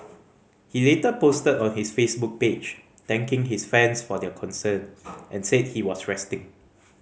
he later posted on his Facebook page thanking his fans for their concern and said he was resting